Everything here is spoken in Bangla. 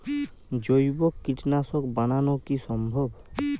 জৈব কীটনাশক বানানো কি সম্ভব?